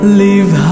leave